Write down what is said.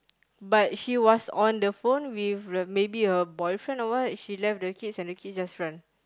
but she was on the phone with the maybe her boyfriend or what she left the kids and the kids just run